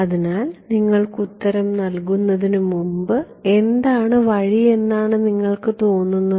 അതിനാൽ നിങ്ങൾക്ക് ഉത്തരം നൽകുന്നതിനുമുമ്പ് എന്താണ് വഴി എന്നാണ് നിങ്ങൾ കരുതുന്നത്